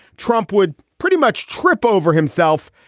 trump would pretty much trip over himself,